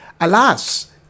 Alas